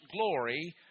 glory